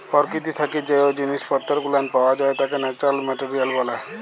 পরকীতি থাইকে জ্যে জিনিস পত্তর গুলান পাওয়া যাই ত্যাকে ন্যাচারাল মেটারিয়াল ব্যলে